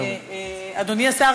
אדוני השר,